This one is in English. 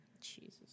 Jesus